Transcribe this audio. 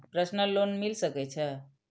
Personal loan मिल सके छे?